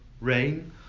rain